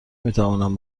میتوانم